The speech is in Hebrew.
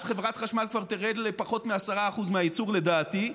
אז חברת חשמל כבר תרד לפחות מ-10% מהייצור לדעתי,